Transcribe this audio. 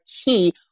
key